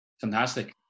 fantastic